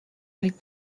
les